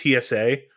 TSA